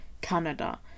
Canada